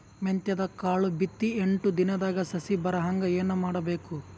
ಮೆಂತ್ಯದ ಕಾಳು ಬಿತ್ತಿ ಎಂಟು ದಿನದಾಗ ಸಸಿ ಬರಹಂಗ ಏನ ಮಾಡಬೇಕು?